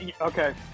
Okay